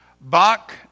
Bach